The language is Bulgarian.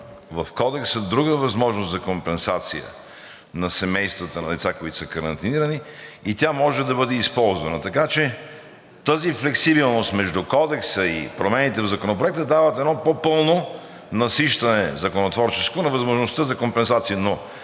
в Кодекса друга възможност за компенсация на семействата на деца, които са карантинирани, и тя може да бъде използвана. Така че тази флексибилност между Кодекса и промените в Законопроекта дава едно по-пълно насищане – законотворческо, на възможността за компенсации,